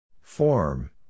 Form